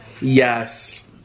Yes